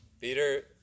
Peter